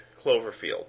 Cloverfield